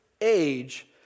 age